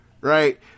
right